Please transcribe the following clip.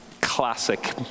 classic